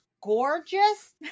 gorgeous